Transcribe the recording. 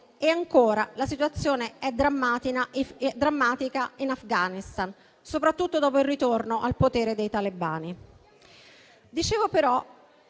di morte. La situazione è drammatica anche in Afghanistan, soprattutto dopo il ritorno al potere dei talebani.